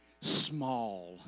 small